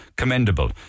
commendable